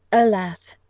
alas!